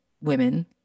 women